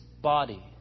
body